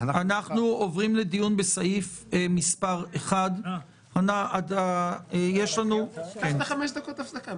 אנחנו עוברים לדיון בסעיף מס' 1. הבטחת חמש דקות הפסקה.